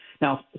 Now